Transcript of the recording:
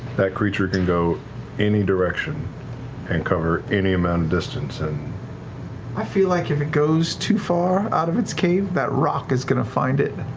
that creature can go any direction and cover any amount of distance. sam and i feel like if it goes too far our of its cave, that roc is going to find it,